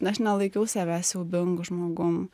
aš nelaikiau savęs siaubingu žmogum